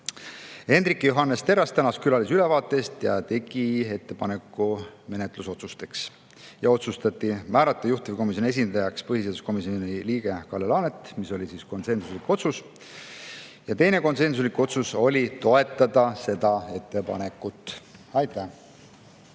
Hendrik Johannes Terras tänas külalisi ülevaate eest ja tegi ettepaneku menetlusotsuste kohta. Otsustati määrata juhtivkomisjoni esindajaks põhiseaduskomisjoni liige Kalle Laanet, see oli konsensuslik otsus. Teine konsensuslik otsus oli see, et toetada seda ettepanekut. Aitäh!